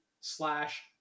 slash